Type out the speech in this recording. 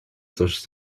служит